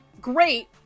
great